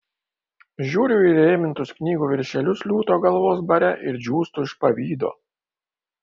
žiūriu į įrėmintus knygų viršelius liūto galvos bare ir džiūstu iš pavydo